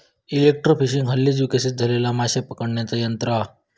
electrofishing हल्लीच विकसित झालेला माशे पकडण्याचा तंत्र हा